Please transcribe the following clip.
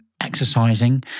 exercising